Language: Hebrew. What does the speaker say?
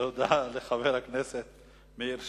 תודה לחבר הכנסת מאיר שטרית.